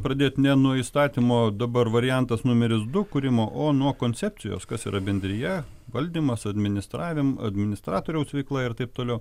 pradėt ne nuo įstatymo dabar variantas numeris du kūrimo o nuo koncepcijos kas yra bendrija valdymas administravim administratoriaus veikla ir taip toliau